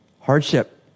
Hardship